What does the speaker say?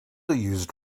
used